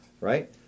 Right